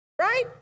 Right